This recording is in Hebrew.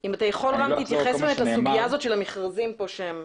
אם תוכל להתייחס לסוגיה של המכרזים, בבקשה.